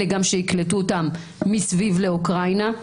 אלא שגם יקלטו אותם מסביב לאוקראינה,